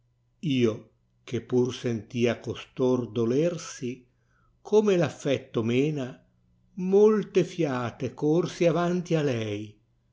io che pur senlia costor dolersi come i affetto mena molte fiate corsi avanti a lei